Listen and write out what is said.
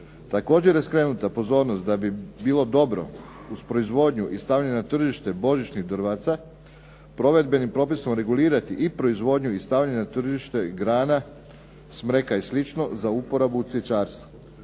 Također je skrenuta pozornost da bi bilo dobro uz proizvodnju i stavljanje na tržište božićnih drvaca provedbenim propisom regulirati i proizvodnju i stavljanje na tržište grana smreka i slično za uporabu u cvjećarstvu.